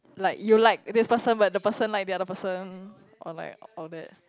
like you like this person but the person like the other person or like all that